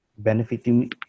Benefiting